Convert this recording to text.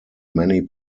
many